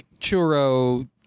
churro